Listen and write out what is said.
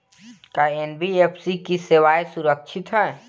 का एन.बी.एफ.सी की सेवायें सुरक्षित है?